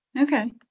Okay